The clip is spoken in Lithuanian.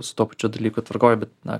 su tuo pačiu dalyku tvarkoj bet na